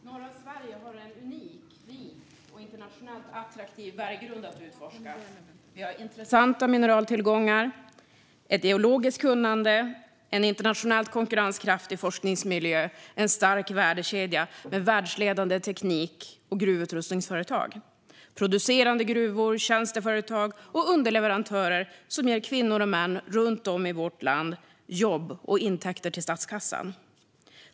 Fru talman! Norra Sverige har en unik, rik och internationellt attraktiv berggrund att utforska. Vi har intressanta mineraltillgångar, ett geologiskt kunnande, en internationellt konkurrenskraftig forskningsmiljö, en stark värdekedja med världsledande teknik och gruvutrustningsföretag, producerande gruvor, tjänsteföretag och underleverantörer, som ger kvinnor och män runt om i vårt land jobb och intäkter till statskassan.